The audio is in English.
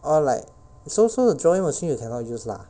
oh like so so drawing machine you cannot use lah